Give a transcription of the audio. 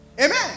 Amen